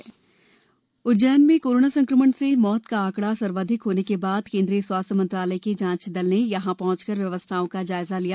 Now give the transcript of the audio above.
उज्जैन केन्द्रीय दल उज्जैन में कोरोना संक्रमण से मौत का आंकडा सर्वाधिक होने के बाद केन्द्रीय स्वास्थ्य मंत्रालय के जांच दल ने यहां पहंचकर व्यवस्थाओं को जायजा लिया